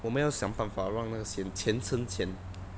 我们要想办法让那个钱钱生钱